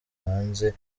hanze